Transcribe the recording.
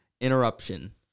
Interruption